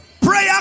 Prayer